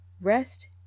Rest